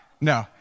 No